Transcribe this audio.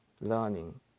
learning